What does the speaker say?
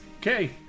Okay